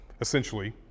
essentially